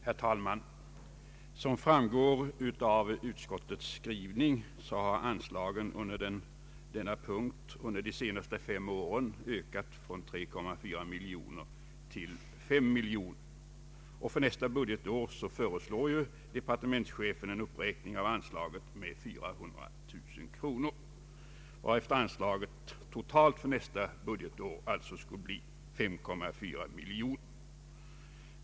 Herr talman! Som framgår av utskottets skrivning har anslagen under denna punkt de senaste fem åren ökat från 3,4 miljoner till 5 miljoner. För nästa budgetår föreslår departementschefen en uppräkning av anslaget med 400 000 kronor, varefter anslaget totalt för nästa budgetår skulle bli 5,4 miljoner kronor.